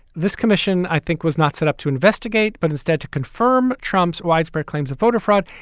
this commission, i think was not set up to investigate, but instead to confirm trump's widespread claims of voter fraud.